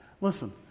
Listen